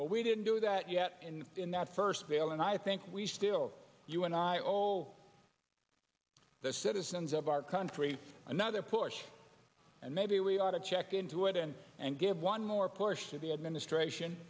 but we didn't do that yet and in that first veil and i think we still you and i all the citizens of our country another push and maybe we ought to check into it and and give one more push to the administration